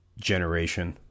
generation